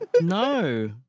No